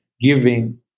giving